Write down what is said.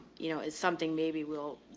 you know, is something maybe we'll,